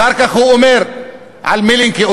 אחר כך הוא אומר על מלינקי,